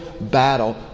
battle